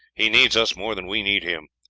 he needs us more than we need him.